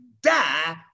die